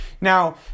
Now